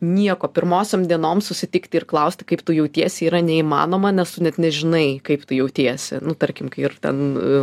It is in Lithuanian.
nieko pirmosiom dienom susitikti ir klausti kaip tu jautiesi yra neįmanoma nes tu net nežinai kaip tu jautiesi nu tarkim kai ir ten